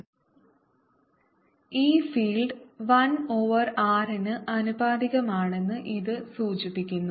E field 1 over r ന് ആനുപാതികമാണെന്ന് ഇത് സൂചിപ്പിക്കുന്നു